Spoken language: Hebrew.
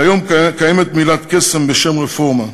כיום קיימת מילת הקסם "רפורמה".